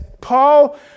Paul